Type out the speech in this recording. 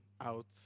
out